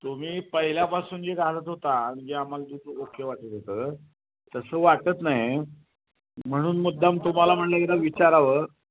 तुम्ही पहिल्यापासून जे घालत होता जे आम्हाला दूध ओके वाटत होतं तसं वाटत नाही म्हणून मुद्दाम तुम्हाला म्हटलं एकदा विचारावं